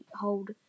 hold